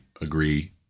agree